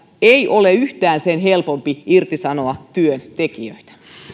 ei ole yhtään sen helpompi irtisanoa työntekijöitä